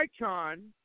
Icon